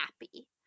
happy